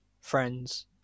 friends